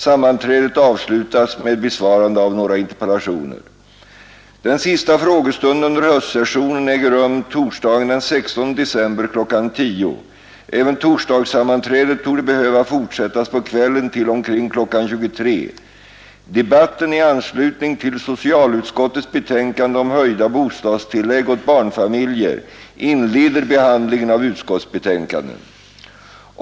Sammanträdet avslutas med besvarande av några interpellationer. Den sista frågestunden under höstsessionen äger rum torsdagen den 16 december kl. 10.00. Även torsdagssammanträdet torde behöva fortsättas på kvällen till omkring kl. 23.00. Debatten i anslutning till socialutskottets betänkande om höjda bostadstillägg åt barnfamiljer inleder behandlingen av utskottsbetänkanden.